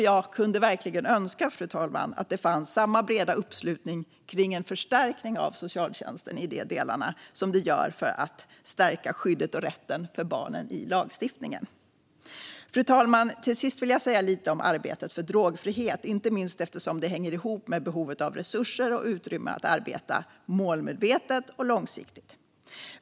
Jag kunde verkligen önska, fru talman, att det fanns samma breda uppslutning kring en förstärkning av socialtjänsten i de delarna som det gör för att stärka skyddet och rätten för barnen i lagstiftningen. Fru talman! Till sist vill jag tala lite om arbetet för drogfrihet, inte minst eftersom det hänger ihop med behovet av resurser och utrymme att arbeta målmedvetet och långsiktigt.